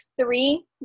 three